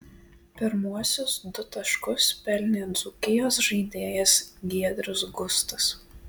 pirmuosius du taškus pelnė dzūkijos žaidėjas giedrius gustas